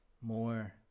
more